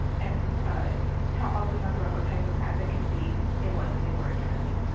and also talk about what type of advocacy it was that they were addressing.